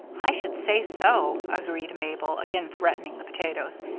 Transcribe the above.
i should say so, agreed mabel, again threatening the potatoes.